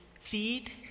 feed